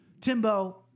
Timbo